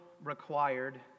required